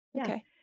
okay